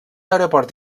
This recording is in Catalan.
aeroport